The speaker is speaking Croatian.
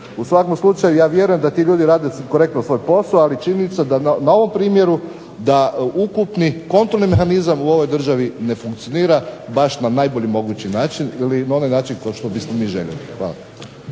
U svakom slučaju ja vjerujem da ti ljudi rade svoj posao, ali činjenica da na ovom primjeru da ukupni kontrolni mehanizam u ovoj državi ne funkcionira na najbolji mogući način ili na način koji bismo mi željeli. Hvala.